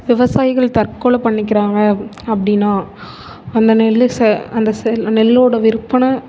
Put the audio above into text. விவசாயிகள் தற்கொலை பண்ணிக்கிறாங்க அப்படினா அந்த நெல் ச அந்த செ நெல்லோடய விற்பனை